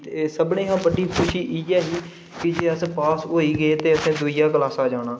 सभनें शा बड्डी खुशी इ'यै ही जे अस पास होई गे ते अस दूइयें क्लासें जाना